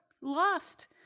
lost